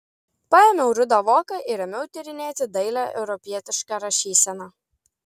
paėmiau rudą voką ir ėmiau tyrinėti dailią europietišką rašyseną